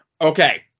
Okay